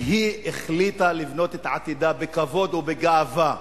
החליטה לבנות את עתידה, בכבוד ובגאווה.